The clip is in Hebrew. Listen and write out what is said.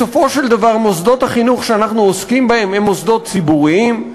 בסופו של דבר מוסדות החינוך שאנחנו עוסקים בהם הם מוסדות ציבוריים.